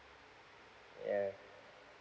yeah